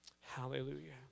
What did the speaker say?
Hallelujah